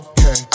Okay